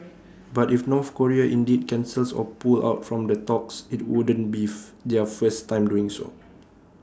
but if North Korea indeed cancels or pull out from the talks IT wouldn't beef their first time doing so